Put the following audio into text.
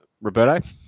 Roberto